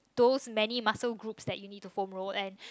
those many muscle groups that you need to foam roll and